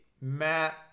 Matt